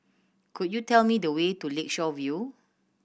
could you tell me the way to Lakeshore View